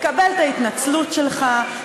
לקבל את ההתנצלות שלך,